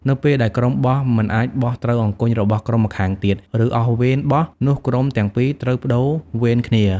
នៅពេលដែលក្រុមបោះមិនអាចបោះត្រូវអង្គញ់របស់ក្រុមម្ខាងទៀត ឬអស់វេនបោះ នោះក្រុមទាំងពីរត្រូវប្ដូរវេនគ្នា ។